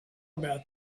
about